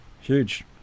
Huge